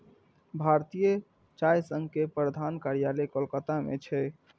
भारतीय चाय संघ के प्रधान कार्यालय कोलकाता मे छै